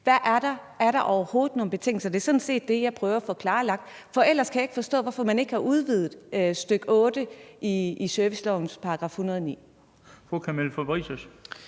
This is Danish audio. Er der overhovedet nogen betingelser? Det er sådan set det, jeg prøver at få klarlagt, for ellers kan jeg ikke forstå, hvorfor man ikke har udvidet stk. 8 i servicelovens § 109. Kl.